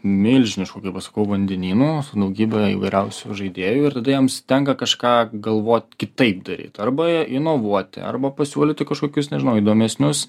milžinišku kaip aš sakau vandenynu su daugybe įvairiausių žaidėjų ir tada jiems tenka kažką galvot kitaip daryt arba inovuoti arba pasiūlyti kažkokius nežinau įdomesnius